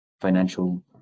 financial